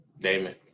Damon